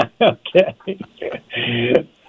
Okay